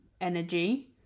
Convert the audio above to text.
energy